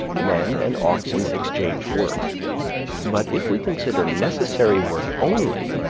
men and oxen exchange work but if we consider necessary work only,